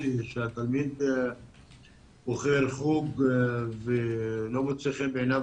אם התלמיד בוחר חוג וזה לא מוצא חן בעיניו,